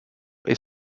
est